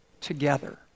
together